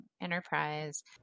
enterprise